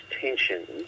tensions